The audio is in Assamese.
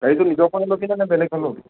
গাড়ী তই নিজৰখনে ল'বিনে নে বেলেগৰ ল'বি